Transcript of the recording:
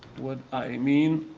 what i mean.